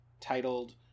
titled